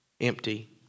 empty